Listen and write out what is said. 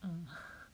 mm